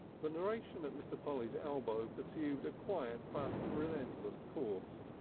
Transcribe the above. the narration at mr. polly's elbow pursued a quiet but relentless course.